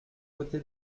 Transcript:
côté